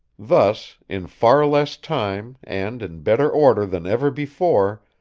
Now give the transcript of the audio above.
thus, in far less time and in better order than ever before,